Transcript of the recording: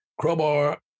crowbar